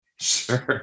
sure